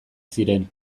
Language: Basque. ziren